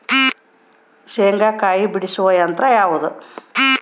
ಶೇಂಗಾಕಾಯಿ ಬಿಡಿಸುವ ಯಂತ್ರ ಯಾವುದು?